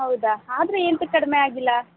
ಹೌದಾ ಆದರೂ ಏಂತಕ್ಕೆ ಕಡಿಮೆ ಆಗಿಲ್ಲ